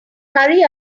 hurry